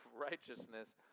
righteousness